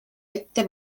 ette